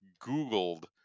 googled